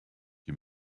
qui